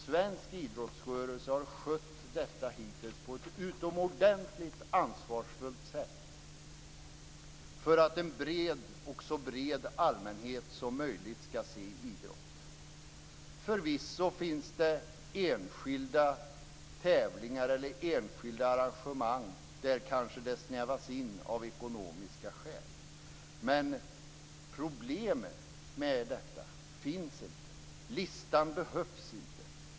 Svensk idrottsrörelse har skött detta hittills på ett utomordentligt ansvarsfullt sätt för att en så bred allmänhet som möjligt skall se idrott. Det finns förvisso enskilda tävlingar eller enskilda arrangemang där det kanske snävas in av ekonomiska skäl, men det finns inga problem med detta. Listan behövs inte.